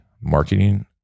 Marketing